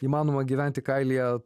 įmanoma gyventi kailyje